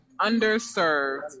underserved